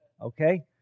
Okay